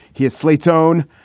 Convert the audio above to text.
he is slate's own.